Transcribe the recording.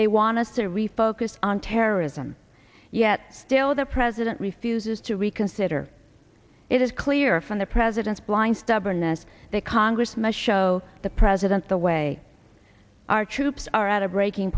they want us to refocus on terrorism yet still the president refuses to reconsider it is clear from the president's blind stubbornness that congress must show the president the way our troops are at a breaking